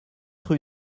rue